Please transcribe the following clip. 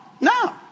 No